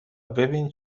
ببین